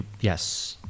Yes